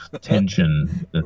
tension